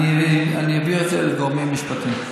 אעביר את זה לגורמים משפטיים.